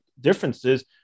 differences